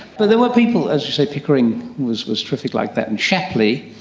but there were people, as you said, pickering was was terrific like that, and shapley,